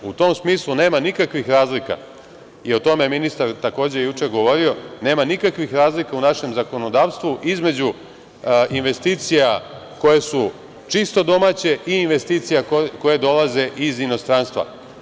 U tom smislu nema nikakvih razlika, i o tome je ministar takođe juče govorio, u našem zakonodavstvu između investicija koje su čisto domaće i investicija koje dolaze iz inostranstva.